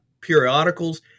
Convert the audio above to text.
periodicals